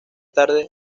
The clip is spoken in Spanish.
tarde